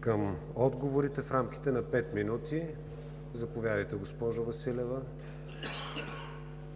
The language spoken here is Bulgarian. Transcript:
към отговорите в рамките на пет минути. Това правим